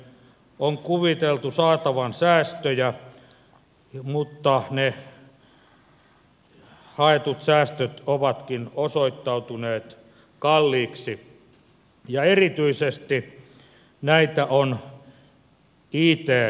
on kuviteltu saatavan säästöjä mutta ne haetut säästöt ovatkin osoittautuneet kalliiksi ja erityisesti näitä on it alalla